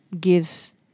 gives